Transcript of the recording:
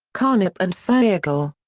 carnap and feigl.